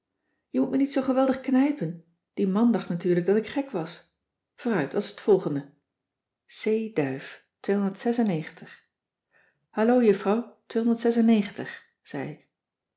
je moet me niet zoo geweldig knijpen die man dacht natuurlijk dat ik gek was vooruit wat is t volgende uyf allo juffrouw zei ik